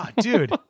dude